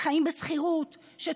סיכוי.